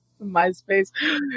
MySpace